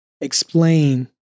explain